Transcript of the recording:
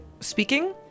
speaking